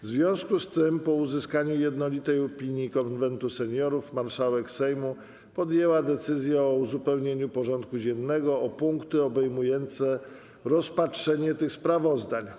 W związku z tym, po uzyskaniu jednolitej opinii Konwentu Seniorów, marszałek Sejmu podjęła decyzję o uzupełnieniu porządku dziennego o punkty obejmujące rozpatrzenie tych sprawozdań.